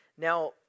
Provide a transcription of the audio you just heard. Now